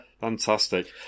Fantastic